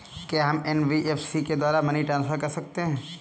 क्या हम एन.बी.एफ.सी के द्वारा मनी ट्रांसफर कर सकते हैं?